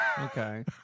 Okay